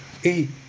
eh